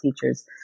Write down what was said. teachers